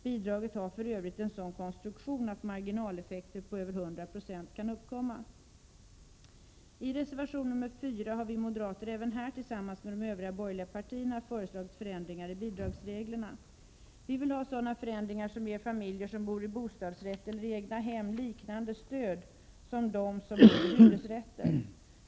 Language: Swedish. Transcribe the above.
Bidraget har för övrigt en sådan konstruktion att marginaleffekter på över 100 96 kan uppkomma. I reservation 4 har vi moderater, även här tillsammans med de övriga borgerliga partierna, föreslagit förändringar i bidragsreglerna. Vi vill ha sådana förändringar som ger familjer som bor i bostadsrätter eller egnahem ett stöd liknande det som de får som bor i hyresbostäder.